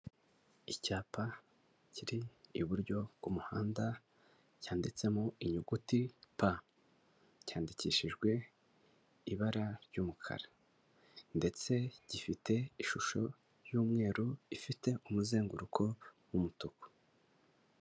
Icyapa kiri iburyo bw'umuhanda cyanditsemo inyuguti pa cyandikishijwe ibara ry'umukara, ndetse gifite ishusho y'umweru ifite umuzenguruko w'umutuku.